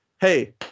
Hey